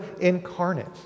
incarnate